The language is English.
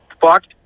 fucked